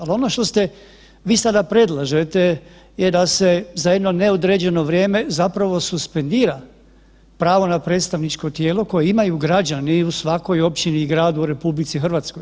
Ali ono što ste vi sada predlažete da se za jedno neodređeno vrijeme zapravo suspendira pravo na predstavničko tijelo koje imaju građani u svakoj općini i gradu u RH.